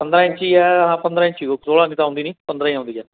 ਪੰਦਰਾਂ ਇੰਚੀ ਆ ਹਾਂ ਪੰਦਰਾਂ ਇੰਚੀ ਹੋਊ ਸੋਲਾਂ ਦੀ ਤਾਂ ਆਉਂਦੀ ਨਹੀਂ ਪੰਦਰਾਂ ਹੀ ਆਉਂਦੀ ਆ